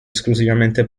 esclusivamente